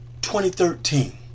2013